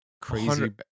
crazy